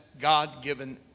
God-given